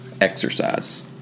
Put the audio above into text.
exercise